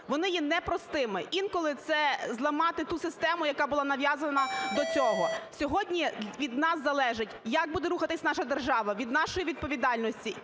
Вони є непростими, інколи це – зламати ту систему, яка була нав'язана до цього. Сьогодні від нас залежить, як буде рухатися наша держава, від нашої відповідальності